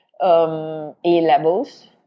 A-levels